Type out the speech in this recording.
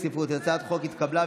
התקבלה,